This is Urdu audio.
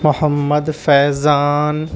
محمد فیضان